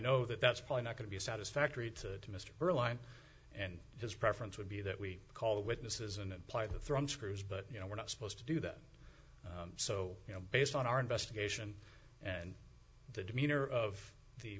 know that that's probably not going to be satisfactory to mr earle line and his preference would be that we call the witnesses and imply that from screws but you know we're not supposed to do that so you know based on our investigation and the demeanor of the